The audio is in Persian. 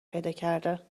پیداکرد